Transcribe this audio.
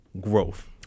growth